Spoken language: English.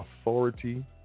Authority